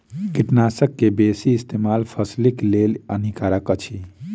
कीटनाशक के बेसी इस्तेमाल फसिलक लेल हानिकारक अछि